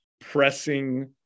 pressing